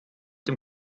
dem